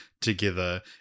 together